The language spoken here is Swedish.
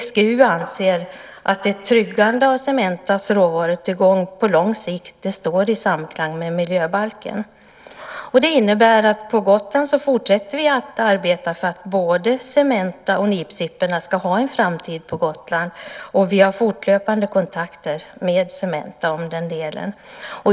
SGU anser att ett tryggande av Cementas råvarutillgång på lång sikt står i samklang med miljöbalken. Detta innebär att vi på Gotland fortsätter att arbeta för att både Cementa och nipsipporna ska ha en framtid på Gotland. Vi har fortlöpande kontakter med Cementa i den delen.